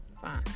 fine